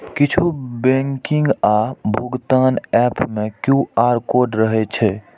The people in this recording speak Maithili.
किछु बैंकिंग आ भुगतान एप मे क्यू.आर कोड रहै छै